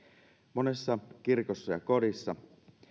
monessa kirkossa ja kodissa